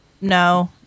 No